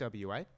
WA